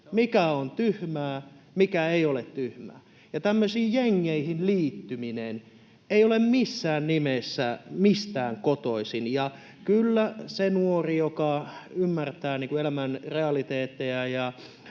mikä on tyhmää, mikä ei ole tyhmää, ja tämmöisiin jengeihin liittyminen ei ole missään nimessä mistään kotoisin. Kyllä se nuori, joka ymmärtää elämän realiteetteja ja